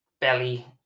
belly